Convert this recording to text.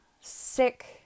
sick